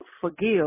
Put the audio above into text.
forgive